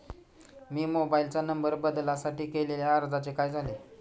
मी mobile number बदलासाठी केलेल्या अर्जाचे काय झाले?